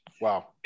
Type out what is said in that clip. Wow